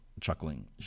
chuckling